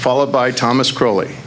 followed by thomas crawl